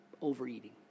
overeating